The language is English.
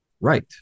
right